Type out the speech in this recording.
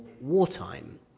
wartime